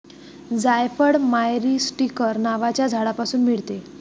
जायफळ मायरीस्टीकर नावाच्या झाडापासून मिळते